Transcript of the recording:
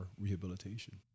rehabilitation